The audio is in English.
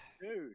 Dude